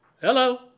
Hello